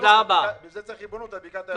בשביל זה צריך ריבונות על בקעת הירדן.